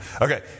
Okay